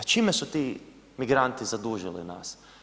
Čime su ti migranti zadužili nas?